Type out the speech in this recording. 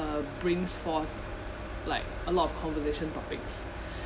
uh brings forth like a lot of conversation topics